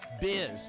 Biz